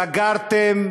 סגרתם,